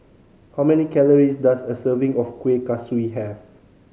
how many calories does a serving of Kuih Kaswi have